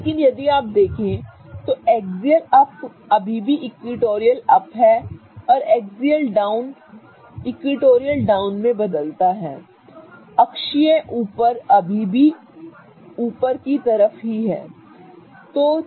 लेकिन यदि आप देखें तो एक्सियल अप अभी भी इक्विटोरियल अप है और एक्सियल डाउन इक्विटोरियल डाउन में बदलता है अक्षीय ऊपर अभी भी उपचारात्मक है ठीक है